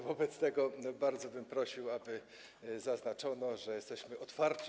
Wobec tego bardzo bym prosił, aby zaznaczono, że jesteśmy otwarci.